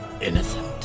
Innocent